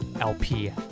LP